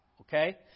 Okay